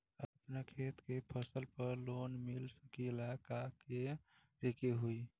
अपना खेत के फसल पर लोन मिल सकीएला का करे के होई?